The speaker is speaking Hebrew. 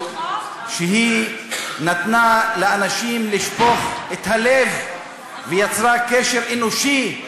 שהיא נתנה לאנשים לשפוך את הלב ויצרה קשר אנושי,